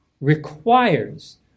requires